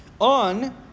on